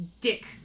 dick